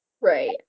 right